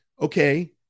okay